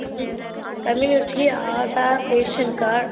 come community Aadhaar ration card